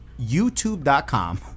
YouTube.com